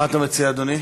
מה אתה מציע, אדוני?